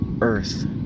earth